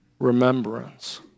remembrance